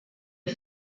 est